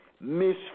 Miss